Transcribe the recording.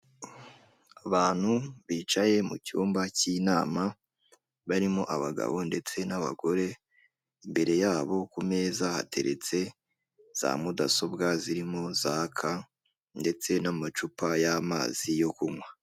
Abantu bicaye mucyumba cy'inama barimo abagabo ndetse n'abagore imbere yabo ku meza hateretse za mudasobwa zirimo zaka ndetse n'amacupa y'amazi yo kunywa .